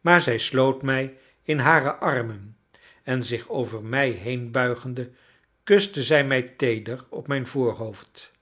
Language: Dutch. maar zij sloot mij in hare armen en zich over mij heenbuigende kuste zij mij teeder op mijn voorhoofd